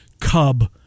Cub